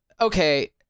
Okay